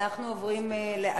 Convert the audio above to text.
אנחנו עוברים להצבעה.